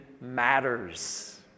matters